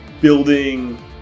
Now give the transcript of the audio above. building